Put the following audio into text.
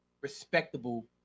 respectable